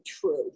true